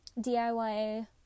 DIY